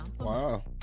Wow